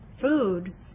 food